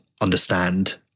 understand